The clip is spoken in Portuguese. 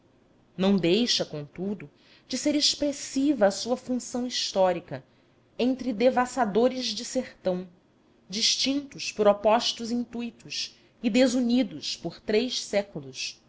não deixa contudo de ser expressiva a sua função histórica entre devassadores de sertões distintos por opostos intuitos e desunidos por três séculos